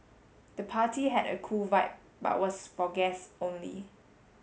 the party had a cool vibe but was for guests only